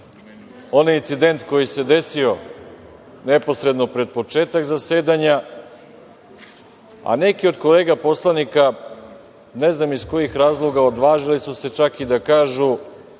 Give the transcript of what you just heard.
onaj incident koji se desio neposredno pred početak zasedanja, a neki od kolega poslanika, ne znam iz kojih razloga, odvažili su se čak da kažu